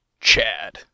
Chad